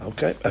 Okay